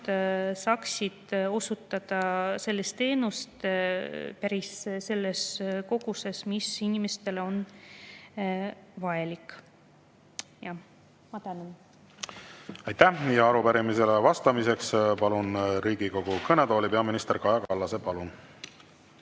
saaksid osutada seda teenust selles koguses, mis inimestele on vajalik? Ma tänan. Aitäh! Arupärimisele vastamiseks palun Riigikogu kõnetooli peaminister Kaja Kallase. Palun!